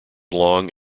long